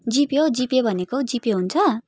जि pay हौ G pay भनेको हौ जि पे हुन्छ